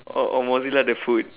or or mozilla the food